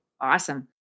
Awesome